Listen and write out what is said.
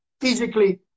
physically